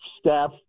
staff